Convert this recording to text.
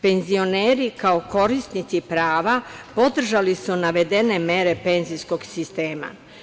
Penzioneri kao korisnici prava podržali su navedene mere penzijskog sistema.